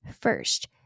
First